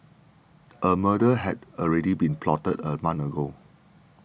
a murder had already been plotted a month ago